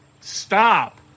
Stop